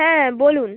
হ্যাঁ বলুন